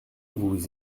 vous